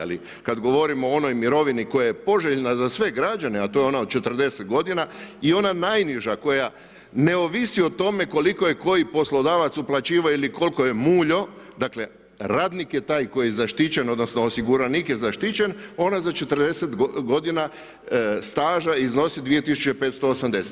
Ali kada govorimo o onoj mirovini koja je poželjna za sve građane, a to je ona od 40 godina i ona najniža koja ne ovisi o tome koliko je koji poslodavac uplaćivao ili koliko je muljao, dakle radnik je taj koji je zaštićen odnosno osiguranik je zaštićen, ona za 40 godina staža iznosi 2 tisuće 580.